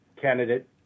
candidate